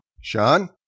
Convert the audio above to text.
Sean